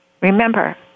Remember